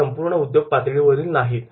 ही संपूर्ण उद्योग पातळीवरील नाहीत